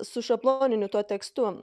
su šabloniniu tuo tekstu